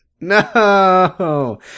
No